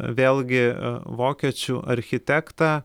vėlgi vokiečių architektą